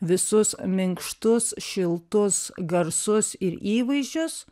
visus minkštus šiltus garsus ir įvaizdžius